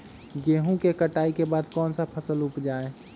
गेंहू के कटाई के बाद कौन सा फसल उप जाए?